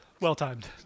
well-timed